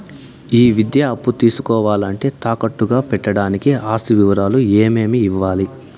ఈ విద్యా అప్పు తీసుకోవాలంటే తాకట్టు గా పెట్టడానికి ఆస్తి వివరాలు ఏమేమి ఇవ్వాలి?